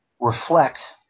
Reflect